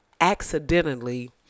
accidentally